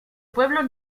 pueblos